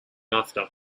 after